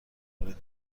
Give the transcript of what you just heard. کنید